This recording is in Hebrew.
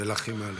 במלכים א'.